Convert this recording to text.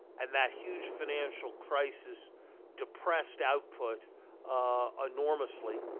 and that huge financial crisis depressed output enormously,